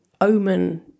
omen